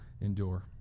endure